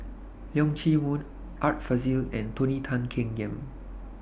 Leong Chee Mun Art Fazil and Tony Tan Keng Yam